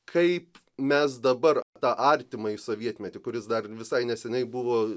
kaip mes dabar tą artimąjį sovietmetį kuris dar visai neseniai buvo